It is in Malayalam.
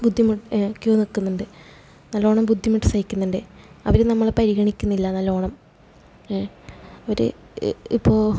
ബുദ്ധിമുട്ട് ക്യൂ നിൽക്കുന്നുണ്ട് നല്ലവണ്ണം ബുദ്ധിമുട്ട് സഹിക്കുന്നുണ്ട് അവർ നമ്മളെ പരിഗണിക്കുന്നില്ല നല്ലവണ്ണം അവർ ഇപ്പോൾ